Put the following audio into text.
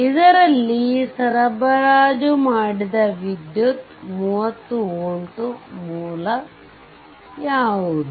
ಇದರಲ್ಲಿ ಸರಬರಾಜು ಮಾಡಿದ ವಿದ್ಯುತ್ 30 ವೋಲ್ಟ್ ಮೂಲ ಯಾವುದು